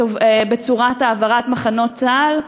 בצורת העברת מחנות צה"ל,